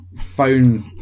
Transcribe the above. phone